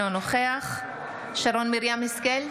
אינו נוכח שרן מרים השכל,